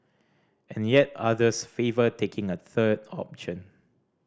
and yet others favour taking a third option